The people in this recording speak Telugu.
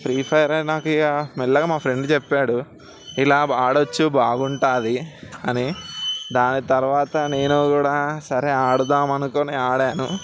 ఫ్రీ ఫైర్ అయ్యాక ఇక మెల్లగా మా ఫ్రెండ్ చెప్పాడు ఇలా ఆడవచ్చు బాగుంటుంది అని దాని తరువాత నేను కూడా సరే ఆడదాము అనుకోని ఆడాను